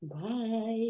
bye